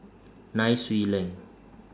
Nai Swee Leng